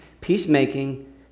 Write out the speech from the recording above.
Peacemaking